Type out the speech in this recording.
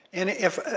and if,